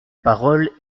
parole